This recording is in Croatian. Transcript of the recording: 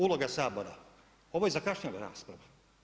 Uloga Sabora, ovo je zakašnjela rasprava.